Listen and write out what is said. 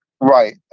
Right